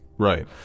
Right